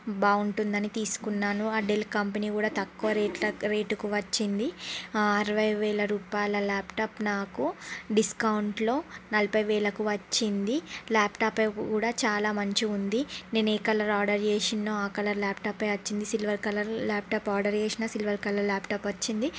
బాగుంటుంది అని తీసుకున్నాను ఆ డెల్ కంపెనీ కూడా తక్కువ రెట్లో రేటుకు వచ్చింది అరవై వేల రూపాయల ల్యాప్టాప్ నాకు డిస్కౌంట్లో నలభై వేలకు వచ్చింది ల్యాప్టాప్ కూడా చాలా మంచిగా ఉంది నేను ఏ కలర్ ఆర్డర్ చేశానో ఆ కలర్ ల్యాప్టాపె వచ్చింది సిల్వర్ కలర్ ల్యాప్టాప్ ఆర్డర్ చేసాను సిల్వర్ కలర్ ల్యాప్టాప్ వచ్చింది